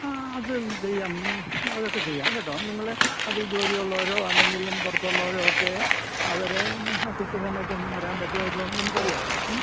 ആ അത് ചെയ്യാം അതൊക്കെ ചെയ്യാം കേട്ടോ നിങ്ങൾ അതീ ജോലിയുള്ളവരോ അല്ലെങ്കിലും പുറത്തുള്ളവരുമൊക്കെ അവർ ഇന്ന് ആ കൃത്യസമയത്തൊന്ന് വരാൻ പറ്റുമോ ഇല്ലയോയെന്ന് നമുക്കറിയാം മ്മ്